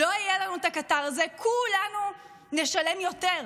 לא יהיה לנו את הקטר הזה, כולנו נשלם יותר.